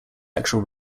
actual